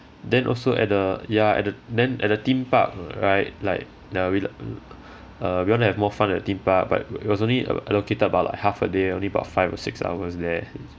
then also at the ya at the then at the theme park right like we uh err we want to have more fun at the theme park but it was only allo~ allocated about like half a day only about five or six hours there